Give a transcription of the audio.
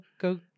go